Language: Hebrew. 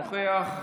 אינו נוכח,